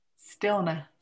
stillness